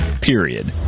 Period